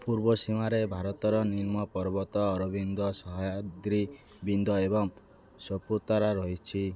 ପୂର୍ବ ସୀମାରେ ଭାରତର ନିମ୍ନ ପର୍ବତ ଅରବିନ୍ଦୀ ସହାୟଦ୍ରି ବିନ୍ଧ୍ୟ ଏବଂ ସପୁତାରା ରହିଛି